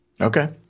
Okay